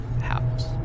house